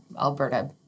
Alberta